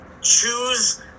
Choose